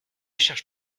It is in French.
cherche